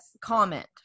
comment